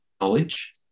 knowledge